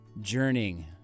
journeying